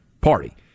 Party